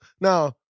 Now